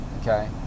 Okay